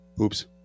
Oops